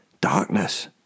darkness